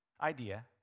idea